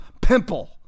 pimple